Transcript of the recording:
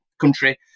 country